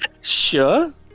Sure